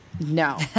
No